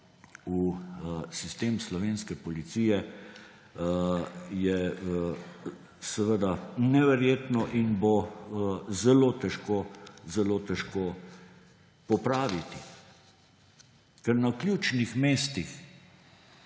v sistem slovenske policije, je seveda neverjetno in bo zelo težko, zelo težko popraviti. Ker na ključnih mestih,